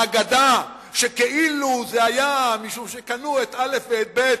האגדה שכאילו זה היה משום שקנו את א' ואת ב',